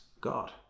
God